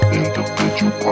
individual